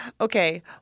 Okay